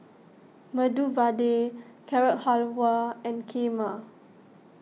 Medu Vada Carrot Halwa and Kheema